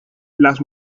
las